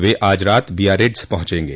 वे आज रात बियारिट्ज पहुंचेंगे